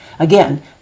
Again